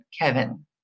Kevin